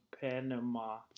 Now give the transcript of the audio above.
Panama